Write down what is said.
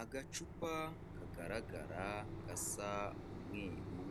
Agacupa kagaragara gasa umweru,